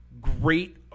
great